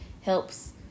helps